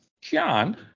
John